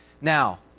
Now